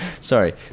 sorry